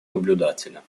наблюдателя